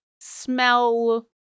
smell